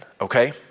okay